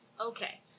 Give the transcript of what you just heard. Okay